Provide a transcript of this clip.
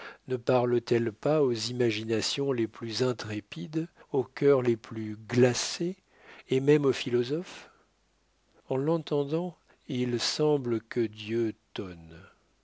ne parle-t-elle pas aux imaginations les plus intrépides aux cœurs les plus glacés et même aux philosophes en l'entendant il semble que dieu tonne